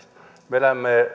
me elämme